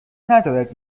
ندارد